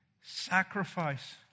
sacrifice